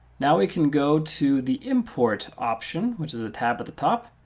now we can go to the import option, which is the tab at the top.